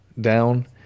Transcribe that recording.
down